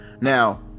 Now